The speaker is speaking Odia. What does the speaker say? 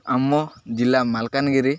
ଆମ ଜିଲ୍ଲା ମାଲକାନଗିରି